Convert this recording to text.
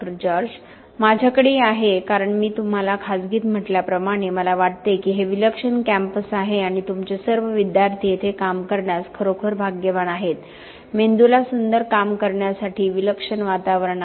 George माझ्याकडेही आहे कारण मी तुम्हाला खाजगीत म्हटल्याप्रमाणे मला वाटते की हे विलक्षण कॅम्पस आहे आणि तुमचे सर्व विद्यार्थी येथे काम करण्यास खरोखर भाग्यवान आहेत मेंदूला सुंदर काम करण्यासाठी विलक्षण वातावरण आहे